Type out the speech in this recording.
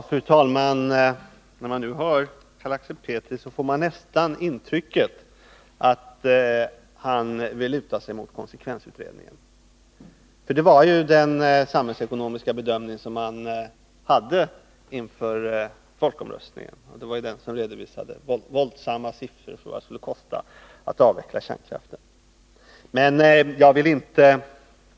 Fru talman! När man nu lyssnar på Carl Axel Petri får man nästan intrycket att han vill luta sig mot konsekvensutredningen. Det var den som gjorde den samhällsekonomiska bedömningen inför folkomröstningen. Och det var den som redovisade de våldsamma siffrorna för vad det skulle kosta att avveckla kärnkraften.